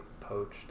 poached